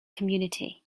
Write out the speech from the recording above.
community